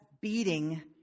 beating